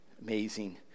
amazing